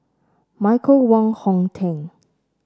Michael Wong Hong Teng